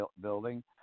building